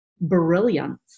brilliance